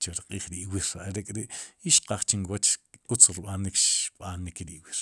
chu ri q'iij ri awir ire k'ri i xqaaj chun wooch utz rb'anik xb'anik ri iwir.